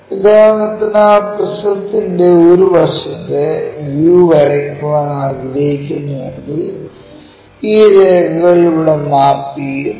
ഉദാഹരണത്തിന് ആ പ്രിസത്തിന്റെ ഒരു വശത്തെ വ്യൂ വരയ്ക്കാൻ ആഗ്രഹിക്കുന്നുവെങ്കിൽ ഈ രേഖകൾ അവിടെ മാപ്പ് ചെയ്യുന്നു